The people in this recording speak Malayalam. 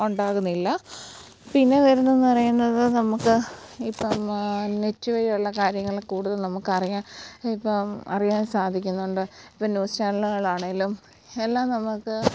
ഉണ്ടാകുന്നില്ല പിന്നെ വരുന്നെന്ന് പറയുന്നത് നമ്മള്ക്ക് ഇപ്പോള് നെറ്റ് വഴിയുള്ള കാര്യങ്ങള് കൂടുതല് നമുക്കറിയാൻ ഇപ്പോള് അറിയാൻ സാധിക്കുന്നുണ്ട് ഇപ്പോള് ന്യൂസ് ചാനലുകളാണേലും എല്ലാം നമുക്ക്